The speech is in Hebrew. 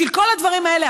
בשביל כל הדברים האלה,